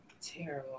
Terrible